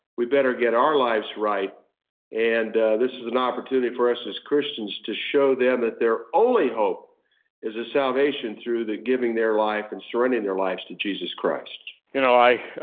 we'd better get our lives right and this is an opportunity for us as christians to show them but their only hope is ah salvation through giving their life and surrendering their lives to jesus christ. you know i